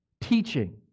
Teaching